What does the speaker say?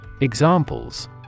Examples